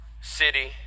city